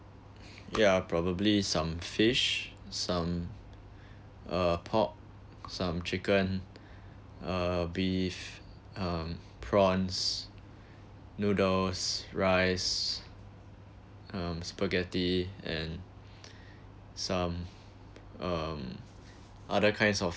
yeah probably some fish some uh pork some chicken uh beef um prawns noodles rice um spaghetti and some um other kinds of